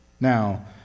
Now